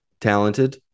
talented